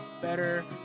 better